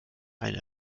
eine